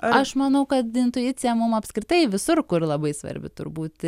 aš manau kad intuicija mum apskritai visur kur labai svarbi turbūt